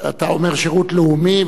אתה אומר שירות לאומי,